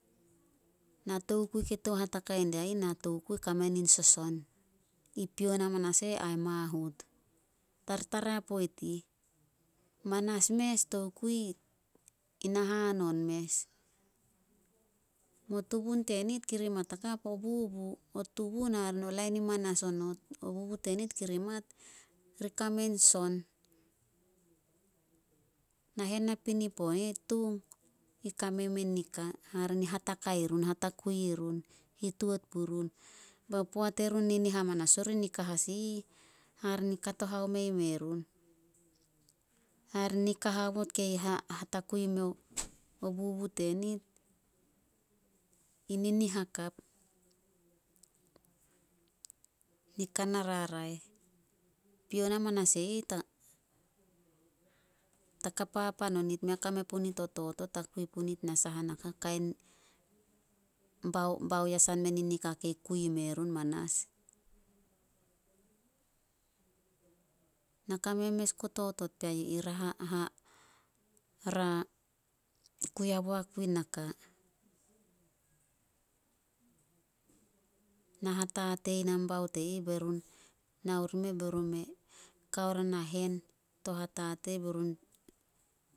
Na tokui ke tou hatakai dia ih kame nin soson, i pion amanas e ih ai mahut. Tartara poit ih, manas mes tokui i na hanon mes, mo tubun tenit kiri mat hakap, o bubu. O tubun hare no lain i manas o not. O bubu tenit kiri mat, ri kamei son. Nahen na pinipo eh, Tung i kame mei nika hare ni hatakui i run hituot purun, ba poat erun ninih hamanas orih, nika as ih hare haome ime run. Hare ne nika haobot kei ha- hatakui imeo bubu tenit i ninih hakap, nika na raraeh. Pion amanas e ih ta- ta ka papan onit, mea kame punit o totot a kui punit saha naka bao- baoyesan me nin nika kei kui i me run manas. Na kame mes guo totot pea yu ih kui haboak pui naka. Na hatatei nambaut e ih be run nao ri meh be run kao ria nahen to hatatei be run